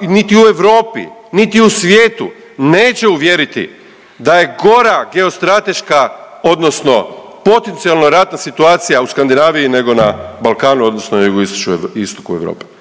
niti u Europi niti u svijetu neće uvjeriti da je gora geostrateška odnosno potencijalno ratna situacija u Skandinaviji nego na Balkanu, odnosno jugoistoku Europe.